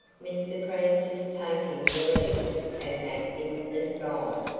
mr francis taking the lead and acting as guide.